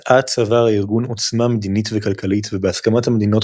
אט אט צבר הארגון עוצמה מדינית וכלכלית ובהסכמת המדינות